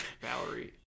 Valerie